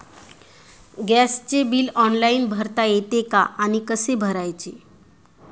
गॅसचे bill online भरता येते का आणि कसे भरायचे?